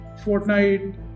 Fortnite